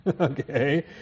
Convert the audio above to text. okay